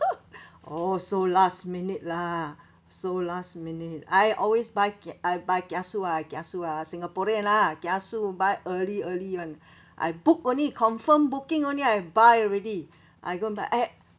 oh so last minute lah so last minute I always buy ki~ I buy kiasu ah kiasu ah singaporean lah kiasu buy early early [one] I book only confirm booking only I buy already I go and buy and